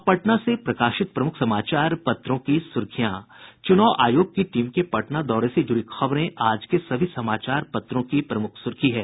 अब पटना से प्रकाशित प्रमुख समाचार पत्रों की सुर्खियां चुनाव आयोग की टीम के पटना दौरे से जुड़ी खबरें आज के सभी समाचार पत्रों की प्रमुख सुर्खी है